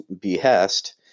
behest